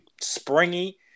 springy